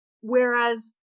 whereas